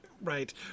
Right